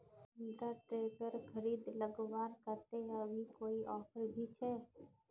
Mahindra tractor खरीद लगवार केते अभी कोई ऑफर भी छे?